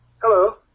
Hello